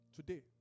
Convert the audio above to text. Today